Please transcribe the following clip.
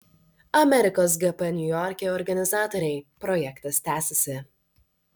amerikos gp niujorke organizatoriai projektas tęsiasi